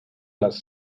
las